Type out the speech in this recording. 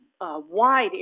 wide